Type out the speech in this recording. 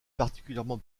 particulièrement